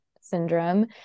syndrome